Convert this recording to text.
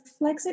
Flexit